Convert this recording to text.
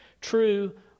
true